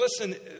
listen